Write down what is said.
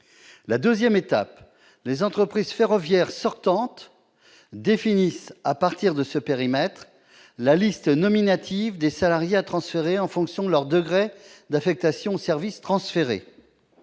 Deuxième étape, les entreprises ferroviaires sortantes définissent à partir de ce périmètre la liste nominative des salariés à transférer en fonction de leur degré d'affectation au service transféré,